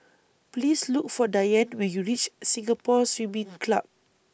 Please Look For Dianne when YOU REACH Singapore Swimming Club